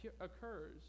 occurs